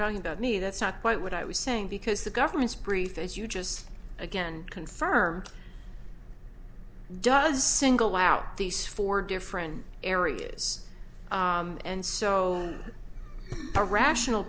talking about me that's not quite what i was saying because the government's brief as you just again confirmed does single out these four different areas and so a rational